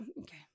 Okay